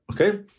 okay